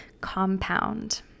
compound